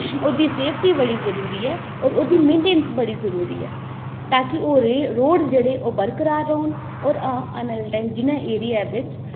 ओह्दी सेफ्टी बड़ी जरूरी ऐ होर ओह्दी मेंटेनेंस बड़ी जरूरी ऐ ताकि ओह् रोड्स जेह्डे़ ओह् बरकरार रौह्न होर आने आह्ले टाइम जि'नें एरिये बिच